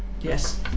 Yes